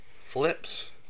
flips